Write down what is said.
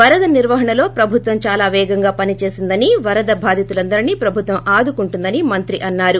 వరద నిర్వహణలో ప్రభుత్వం దాలా పేగంగా పని చేసిందని వరద బాధితులందరినీ ప్రభుత్వం ఆదుకుంటుందని మంత్రి అన్నారు